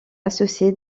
associé